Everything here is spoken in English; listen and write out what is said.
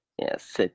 Yes